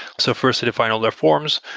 so first, they define all their forms.